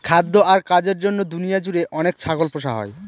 খাদ্য আর কাজের জন্য দুনিয়া জুড়ে অনেক ছাগল পোষা হয়